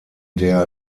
der